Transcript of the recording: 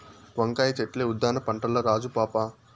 వంకాయ చెట్లే ఉద్దాన పంటల్ల రాజు పాపా